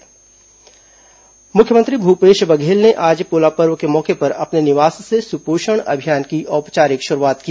सुपोषण अभियान मुख्यमंत्री भूपेश बघेल ने आज पोला पर्व के मौके पर अपने निवास से सुपोषण अभियान की औपचारिक शुरूआत की